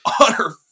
utter